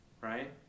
right